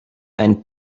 ein